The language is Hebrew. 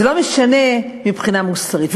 זה לא משנה מבחינה מוסרית.